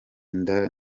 nda